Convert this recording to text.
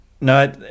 No